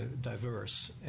diverse